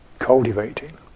Cultivating